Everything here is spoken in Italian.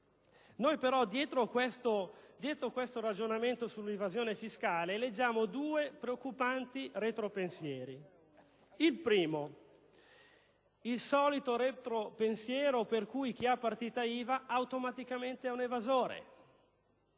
Dietro questo ragionamento sull'evasione fiscale noi leggiamo due preoccupanti retropensieri. Il primo è il solito retropensiero secondo il quale chi ha la partita IVA è automaticamente un evasore.